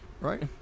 right